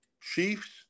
Chiefs